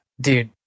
dude